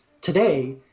today